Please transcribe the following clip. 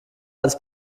als